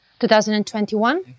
2021